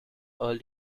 early